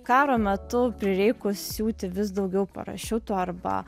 karo metu prireikus siūti vis daugiau parašiutų arba